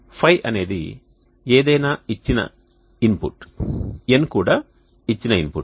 φ అనేది ఏదైనా ఇచ్చిన ఇన్పుట్ N కూడా ఇచ్చిన ఇన్పుట్